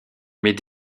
mais